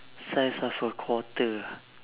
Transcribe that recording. size of a quarter ah